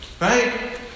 Right